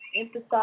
emphasize